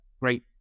great